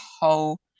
whole